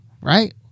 Right